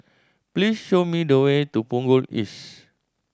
please show me the way to Punggol East